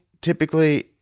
typically